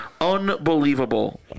Unbelievable